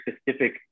specific